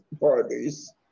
parties